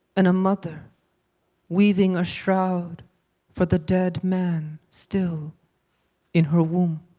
and a mother weaving a shroud for the dead man still in her womb.